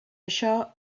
això